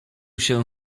się